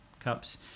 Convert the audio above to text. Cups